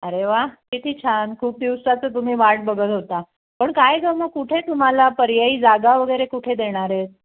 अरे वा किती छान खूप दिवसाचं तुम्ही वाट बघत होता पण काय ग मग कुठे तुम्हाला पर्यायी जागा वगैरे कुठे देणार